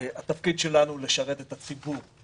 התפקיד שלנו הוא לשרת את הציבור,